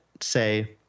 say